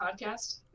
podcast